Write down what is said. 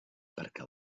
perquè